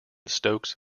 stokes